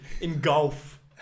engulf